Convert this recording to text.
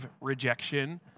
rejection